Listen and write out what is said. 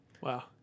Wow